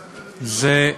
זה,